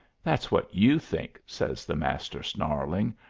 that's what you think, says the master, snarling.